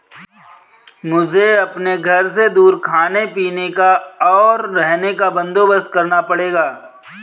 मुझे अपने घर से दूर खाने पीने का, और रहने का बंदोबस्त करना पड़ेगा